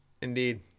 Indeed